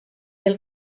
del